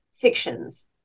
fictions